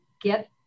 get